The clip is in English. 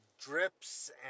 drips